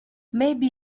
maybe